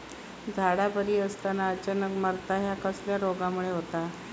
झाडा बरी असताना अचानक मरता हया कसल्या रोगामुळे होता?